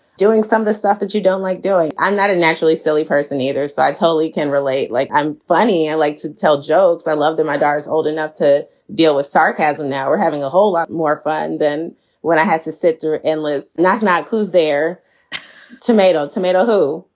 doing some of the stuff that you don't like doing. i'm not a naturally silly person either, so i totally can relate. like i'm funny. i like to tell jokes. i love that my dad is old enough to deal with sarcasm now we're having a whole lot more fun than what i had to sit in. let's not not lose their tomato. tomato? who?